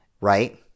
right